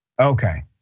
okay